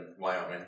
Wyoming